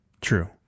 True